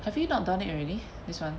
have you not done it already this one